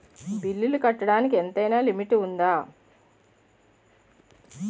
బిల్లులు కట్టడానికి ఎంతైనా లిమిట్ఉందా?